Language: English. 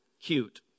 cute